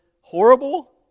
horrible